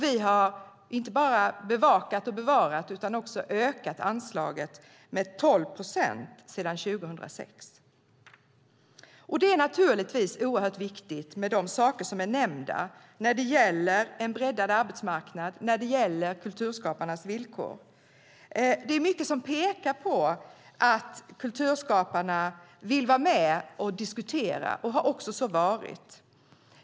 Vi har inte bara bevakat och bevarat utan också ökat anslaget med 12 procent sedan 2006. Det är naturligtvis oerhört viktigt med de saker som är nämnda när det gäller en breddad arbetsmarknad och kulturskaparnas villkor. Det är mycket som pekar på att kulturskaparna vill vara med och diskutera, och så har det också varit.